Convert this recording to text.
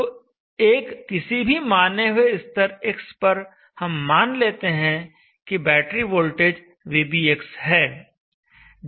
तो एक किसी भी माने हुए स्तर x पर हम मान लेते हैं कि बैटरी वोल्टेज vbx है